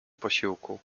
posiłku